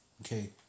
Okay